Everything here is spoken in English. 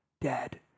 dead